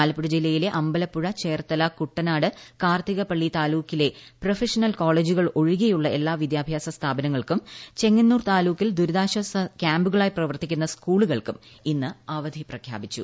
ആലപ്പുഴ ജില്ലയിലെ അമ്പലപ്പുഴ ചേർത്തല കുട്ടനാട് കാർത്തികപ്പള്ളി താലൂക്കിലെ പ്രഫഷനൽ കോളേജുകൾ ഒഴികെയുള്ള എല്ലാ വിദ്യാഭ്യാസ സ്ഥാപനങ്ങൾക്കും ചെങ്ങന്നൂർ താലൂക്കിൽ ദുരിതാശ്വാസ ക്യാമ്പുകളായി പ്രവർത്തിക്കുന്ന സ്കൂളുകൾക്കും ഇന്ന് അവധി പ്രഖ്യാപിച്ചു